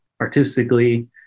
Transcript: artistically